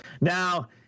Now